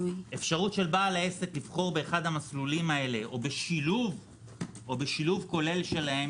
אפשרות של בעל העסק לבחור באחד המסלולים האלה או בשילוב כולל שלהם,